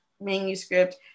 manuscript